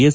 S